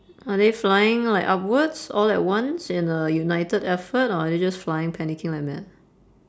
are they flying like upwards all at once in a united effort or are they just flying panicking like mad